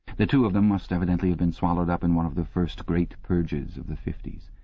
the two of them must evidently have been swallowed up in one of the first great purges of the fifties.